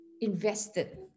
invested